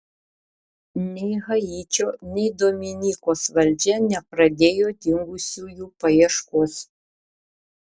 nei haičio nei dominikos valdžia nepradėjo dingusiųjų paieškos